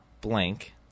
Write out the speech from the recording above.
blank